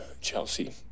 Chelsea